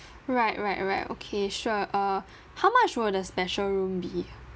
right right right okay sure err how much will the special room be